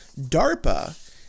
DARPA